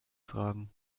fragen